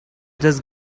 just